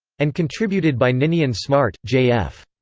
and contributed by ninian smart, j. f.